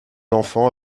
d’enfants